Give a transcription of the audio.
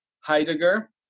Heidegger